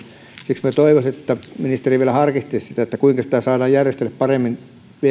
siksi minä toivoisin että ministeri vielä harkitsisi sitä kuinka saadaan